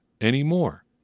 anymore